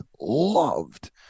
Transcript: loved